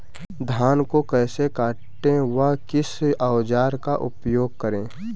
धान को कैसे काटे व किस औजार का उपयोग करें?